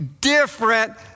different